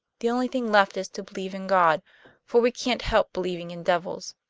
the only thing left is to believe in god for we can't help believing in devils.